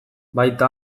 baita